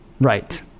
Right